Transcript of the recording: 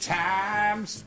times